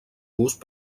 gust